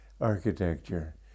architecture